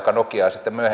arvoisa puhemies